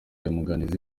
munyanganizi